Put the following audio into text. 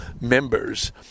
members